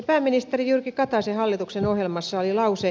pääministeri jyrki kataisen hallituksen ohjelmassa oli lause